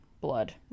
blood